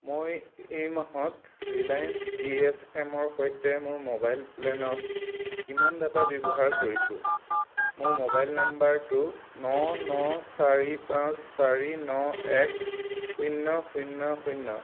মই এই মাহত ৰিলায়েন্স জি এছ এমৰ সৈতে মোৰ মোবাইল প্লেনত কিমান ডাটা ব্যৱহাৰ কৰিছোঁ মোৰ মোবাইল নাম্বাৰটো ন ন চাৰি পাঁচ চাৰি ন এক শূন্য শূন্য শূন্য